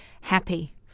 happy